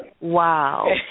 Wow